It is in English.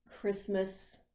Christmas